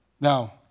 Now